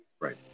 Right